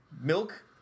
milk